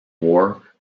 war